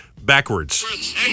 backwards